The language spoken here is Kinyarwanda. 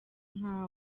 nka